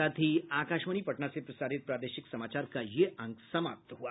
इसके साथ ही आकाशवाणी पटना से प्रसारित प्रादेशिक समाचार का ये अंक समाप्त हुआ